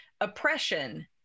oppression